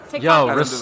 Yo